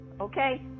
Okay